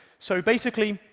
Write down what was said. so basically,